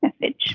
message